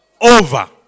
over